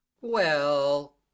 Well